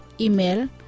Email